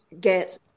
get